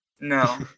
No